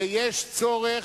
ויש צורך,